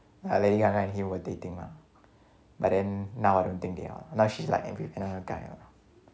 ya lady gaga and him were dating mah but then now I don't think they are now she's like with another guy ah